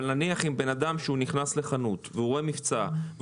אבל נניח בן אדם נכנס לחנות ורואה מבצע,